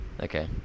Okay